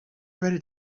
already